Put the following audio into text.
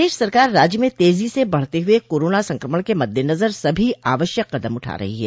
प्रदेश सरकार राज्य में तेजी से बढ़ते हुए कोरोना संक्रमण के मददेनजर सभी आवश्यक कदम उठा रही है